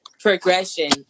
progression